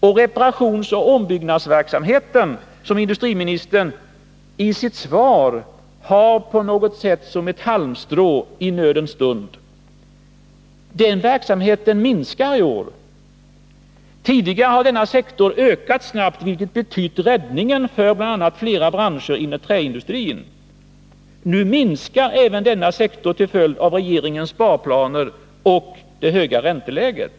Reparationsoch ombyggnadsverksamheten, som industriministern i sitt svar har som ett slags halmstrå i nödens stund, minskar i år. Tidigare har denna sektor ökat snabbt vilket betytt räddningen för bl.a. flera branscher inom träindustrin. Nu minskar även denna sektor till följd av regeringens sparplaner och det höga ränteläget.